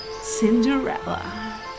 Cinderella